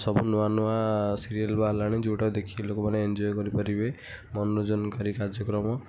ସବୁ ନୂଆ ନୂଆ ସିରିଏଲ୍ ବାହାରିଲାଣି ଯୋଉଟା ଦେଖିକି ଲୋକମାନେ ଏନ୍ଜୟ କରିପାରିବେ ମନୋରଞ୍ଜନକାରୀ କାର୍ଯ୍ୟକ୍ରମ